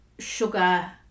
Sugar